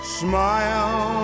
smile